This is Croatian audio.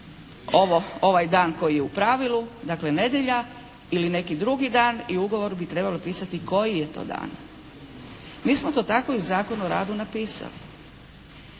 to ovaj dan koji je u pravilu, dakle nedjelja ili neki drugi dan i u ugovoru bi trebalo pisati koji je to dan. Mi smo to tako i u Zakonu o radu napisali.